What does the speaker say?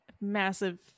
massive